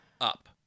up